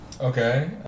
Okay